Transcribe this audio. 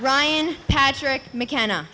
ryan patrick mckenna